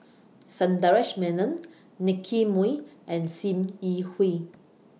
Sundaresh Menon Nicky Moey and SIM Yi Hui